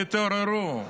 תתעוררו.